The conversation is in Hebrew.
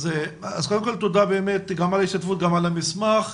תודה על ההשתתפות וגם על המסמך.